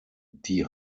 die